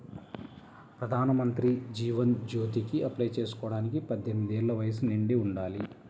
ప్రధానమంత్రి జీవన్ జ్యోతికి అప్లై చేసుకోడానికి పద్దెనిది ఏళ్ళు వయస్సు నిండి ఉండాలి